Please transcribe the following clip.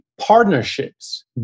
partnerships